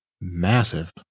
massive